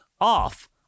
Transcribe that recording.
off